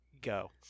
go